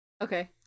Okay